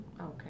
Okay